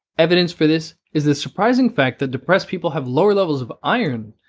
evidence for this is the surprising fact that depressed people have lower levels of iron,